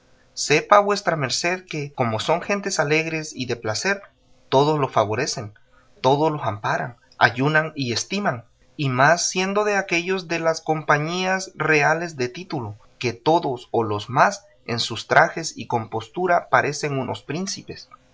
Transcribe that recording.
sepa vuesa merced que como son gentes alegres y de placer todos los favorecen todos los amparan ayudan y estiman y más siendo de aquellos de las compañías reales y de título que todos o los más en sus trajes y compostura parecen unos príncipes